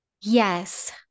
Yes